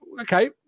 Okay